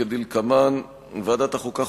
כדלקמן: ועדת החוקה,